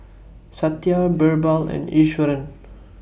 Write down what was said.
Satya Birbal and Iswaran